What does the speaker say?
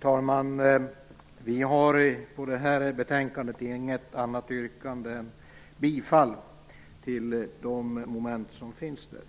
Herr talman! Vi har vad gäller detta betänkande inget annat yrkande än bifall till de moment som finns där.